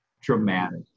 dramatic